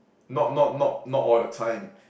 not not not not all the time